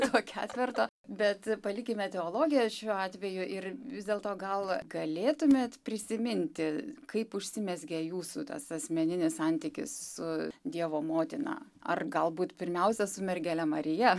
to ketverto bet palikime teologiją šiuo atveju ir vis dėlto gal galėtumėt prisiminti kaip užsimezgė jūsų tas asmeninis santykis su dievo motina ar galbūt pirmiausia su mergele marija